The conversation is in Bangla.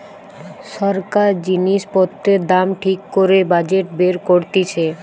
সরকার জিনিস পত্রের দাম ঠিক করে বাজেট বের করতিছে